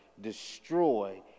destroy